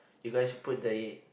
you guys should put the